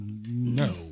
no